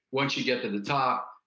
once you get to the top,